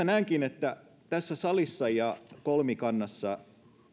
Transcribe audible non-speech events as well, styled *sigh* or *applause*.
*unintelligible* näenkin että tässä salissa ja kolmikannassa